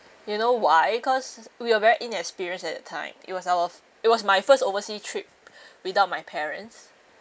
you know why cause we are very inexperienced at that time it was out of it was my first oversea trip without my parents